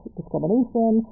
discrimination